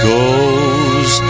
goes